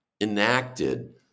enacted